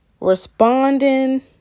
responding